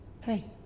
Hey